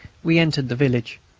we entered the village.